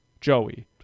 Joey